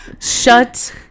Shut